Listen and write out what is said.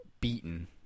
beaten